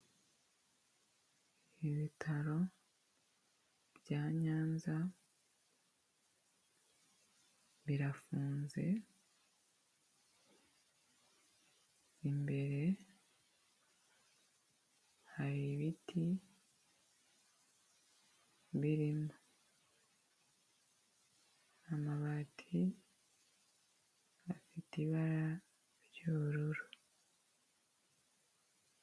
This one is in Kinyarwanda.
Ibitaro bya Nyanza birafunze, imbere hari ibiti birimo, amabati afite ibara ry'ubururu.